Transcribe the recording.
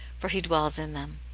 for he dwells in them.